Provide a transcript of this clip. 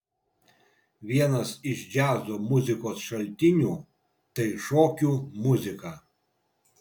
vienas iš džiazo muzikos šaltinių tai šokių muzika